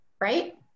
right